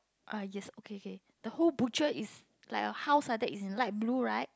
uh yes okay okay the whole butcher is like a house like that in light blue right